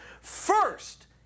First